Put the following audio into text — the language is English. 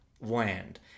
land